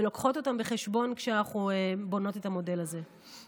ומביאות אותם בחשבון כשאנחנו בונות את המודל הזה.